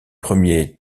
premiers